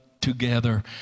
together